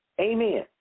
Amen